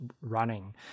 running